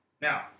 Now